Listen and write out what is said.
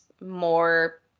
more